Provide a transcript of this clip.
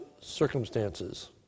circumstances